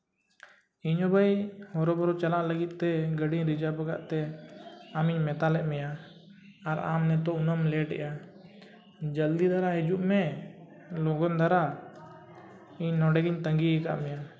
ᱤᱧᱦᱚᱸ ᱵᱟᱹᱧ ᱦᱚᱨᱚᱵᱚᱨᱚ ᱪᱟᱞᱟᱜ ᱞᱟᱹᱜᱤᱫ ᱛᱮ ᱜᱟᱹᱰᱤᱧ ᱨᱤᱡᱟᱹᱵᱷ ᱟᱠᱟᱜ ᱛᱮ ᱟᱢᱤᱧ ᱢᱮᱛᱟ ᱞᱮᱫ ᱢᱮᱭᱟ ᱟᱨ ᱟᱢ ᱱᱤᱛᱚᱜ ᱩᱱᱟᱹᱜ ᱮᱢ ᱞᱮᱴᱮᱜᱼᱟ ᱡᱚᱞᱫᱤ ᱫᱷᱟᱨᱟ ᱦᱤᱡᱩᱜ ᱢᱮ ᱞᱚᱜᱚᱱ ᱫᱷᱟᱨᱟ ᱤᱧ ᱱᱚᱰᱮ ᱜᱤᱧ ᱛᱟᱹᱜᱤ ᱠᱟᱫ ᱢᱮᱭᱟ